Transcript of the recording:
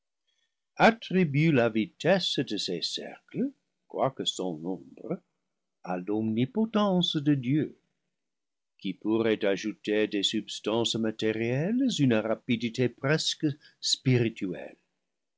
attribue la vitesse de ces cercles quoique sans nombre à l'omnipotence de dieu qui pourrait ajouter à des substances matérielles une rapidité presque spirituelle